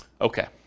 Okay